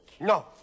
No